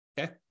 Okay